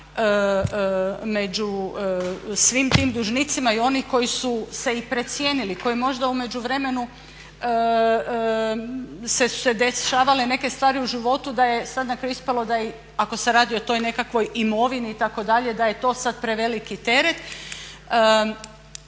među svim tim dužnicima i onih koji su se i precijenili, koji možda u međuvremenu se dešavale neke stvari u životu da je sad na kraju ispalo da i ako se radi o toj nekakvoj imovini itd. da je to sad preveliki teret.